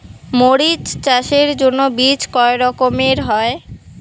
মরিচ চাষের জন্য বীজ কয় রকমের হয়?